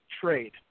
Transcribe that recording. trade